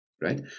Right